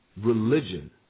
religion